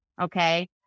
Okay